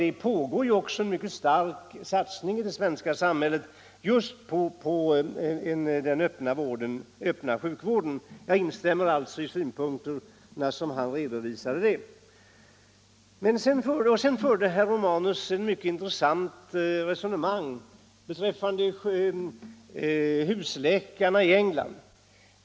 Det görs också i Sverige en mycket kraftig satsning just på den öppna sjukvården. Jag instämmer alltså i herr Romanus synpunkter i det avseendet. Herr Romanus hade vidare ett mycket intressant resonemang om husläkarna i England.